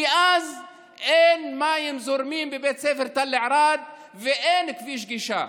מאז אין מים זורמים בבית ספר תל ערד ואין כביש גישה.